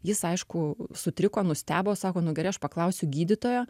jis aišku sutriko nustebo sako nu gerai aš paklausiu gydytojo